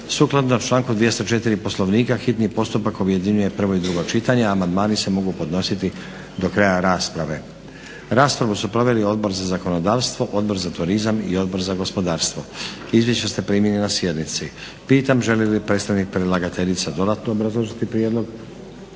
skladu sa člankom 204. Poslovnika hitni postupak objedinjuje prvo i drugo čitanje. Amandmani se mogu podnositi do kraja rasprave. Raspravu su proveli zakona Odbor za zakonodavstvo, Odbor za turizam i Odbor za gospodarstvo. Izvješća ste primili na sjednici. Pitam želi li predstavnik predlagateljice dodatno obrazložiti prijedlog?